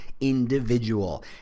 Individual